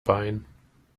bein